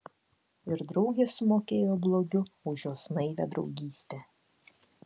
ir draugė sumokėjo blogiu už jos naivią draugystę